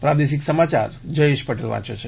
પ્રાદેશિક સમાયાર જયેશ પટેલ વાંચે છે